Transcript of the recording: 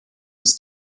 des